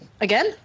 Again